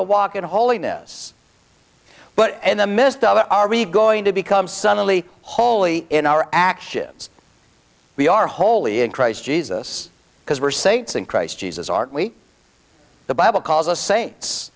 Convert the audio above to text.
to walk in holiness but in the midst of it are we going to become suddenly holy in our actions we are holy in christ jesus because we're saints in christ jesus aren't we the bible calls us saints